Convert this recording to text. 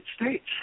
States